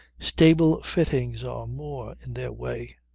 stable fittings are more in their way.